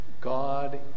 God